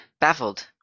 baffled